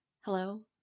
Hello